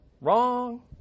Wrong